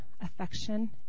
affection